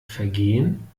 vergehen